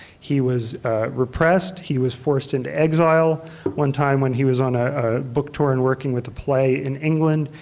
he was repressed, he was forced into exile one time when he was on a book tour and working with a play in england,